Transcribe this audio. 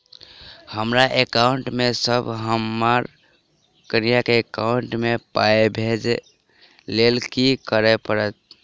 हमरा एकाउंट मे सऽ हम्मर कनिया केँ एकाउंट मै पाई भेजइ लेल की करऽ पड़त?